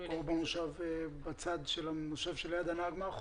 או במושב מאחור בצד של הנהג.